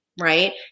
right